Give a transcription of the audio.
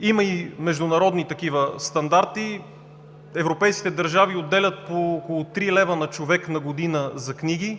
Има и международни такива стандарти. Европейските държави отделят по около 3 лв. на човек на година за книги.